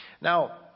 Now